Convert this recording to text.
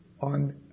On